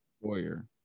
Warrior